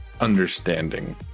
understanding